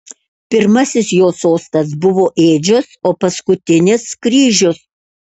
pirmasis jo sostas buvo ėdžios o paskutinis kryžius